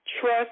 Trust